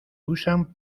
usan